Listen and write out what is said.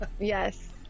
Yes